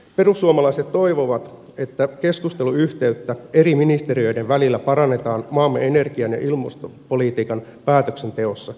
perussuomalaiset toivovat että keskusteluyhteyttä eri ministeriöiden välillä parannetaan maamme energia ja ilmastopolitiikan päätöksenteossa